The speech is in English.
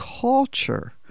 culture